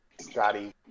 Scotty